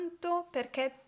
perché